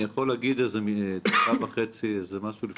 אני יכול להגיד דקה וחצי איזה משהו לפני שהם מדברים?